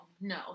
no